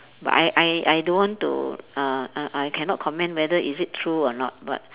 but I I I don't want to uh uh I cannot comment whether is it true or not but